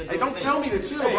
ah don't tell me to chill